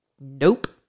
Nope